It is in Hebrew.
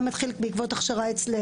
ואחר כך גם אם לא משאירים אותה לאשפוז עד